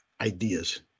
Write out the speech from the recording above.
ideas